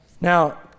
Now